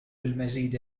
المزيد